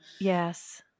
Yes